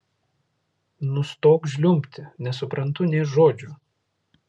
nustok žliumbti nesuprantu nė žodžio